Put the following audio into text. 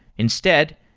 instead,